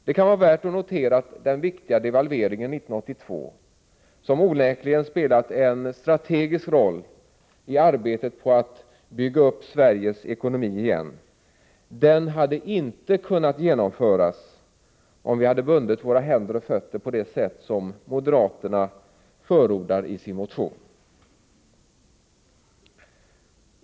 Det kan vara värt att notera att den viktiga devalveringen 1982, som onekligen har spelat en strategisk roll i arbetet på att bygga upp Sveriges ekonomi igen, inte hade kunnat genomföras, om vi hade bundit våra händer och fötter på det sätt som moderaterna förordar i sin motion.